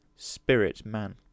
Spirit-man